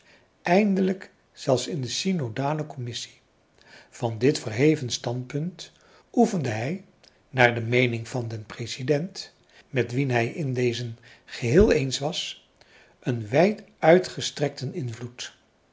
eindelijk zelfs in de synodale commissie van dit verheven standpunt oefende hij naar de meening van den president met wien hij het in dezen geheel eens was een wijduitgestrekten invloed